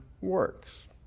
works